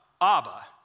Abba